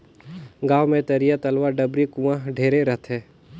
गांव मे तरिया, तलवा, डबरी, कुआँ ढेरे रथें